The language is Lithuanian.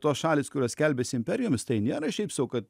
tos šalys kurios skelbiasi imperijomis tai nėra šiaip sau kad